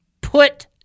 put